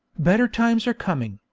better times are coming,